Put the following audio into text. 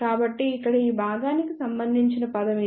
కాబట్టి ఇక్కడ ఈ భాగానికి సంబంధించిన పదం ఇది